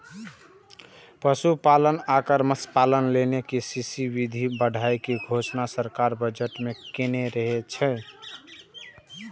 पशुपालन आ मत्स्यपालन लेल के.सी.सी सुविधा बढ़ाबै के घोषणा सरकार बजट मे केने रहै